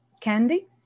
candy